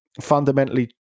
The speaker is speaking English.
fundamentally